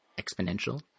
exponential